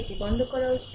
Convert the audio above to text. এটি বন্ধ করা উচিত